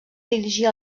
dirigir